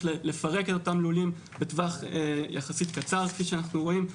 לפרק את אותם לולים לטווח יחסית קצר כפי שאנחנו רואים.